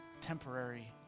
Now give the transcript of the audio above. temporary